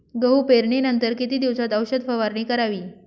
गहू पेरणीनंतर किती दिवसात औषध फवारणी करावी?